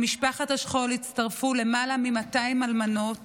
למשפחת השכול הצטרפו למעלה מ-200 אלמנות